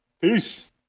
Peace